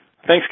Thanks